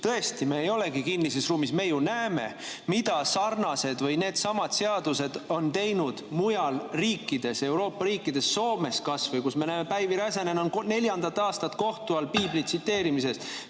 Tõesti, me ei olegi kinnises ruumis. Me ju näeme, mida sarnased või needsamad seadused on teinud mujal Euroopa riikides, kas või Soomes, kus me näeme, et Päivi Räsänen on neljandat aastat kohtu all piibli tsiteerimise